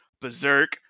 berserk